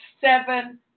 seven